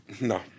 No